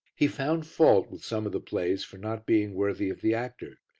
he found fault with some of the plays for not being worthy of the actor.